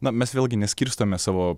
na mes vėlgi neskirstome savo